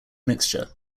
mixture